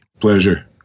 Pleasure